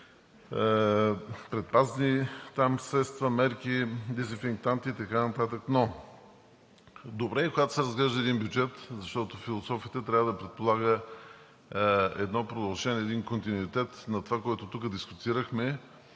предпазни средства, мерки, дезинфектанти и така нататък, но добре е, когато се разглежда един бюджет, защото философията трябва да предполага едно продължение, един континуитет на това, което тук дискутирахме,